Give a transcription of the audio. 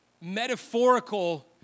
metaphorical